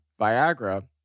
Viagra